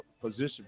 position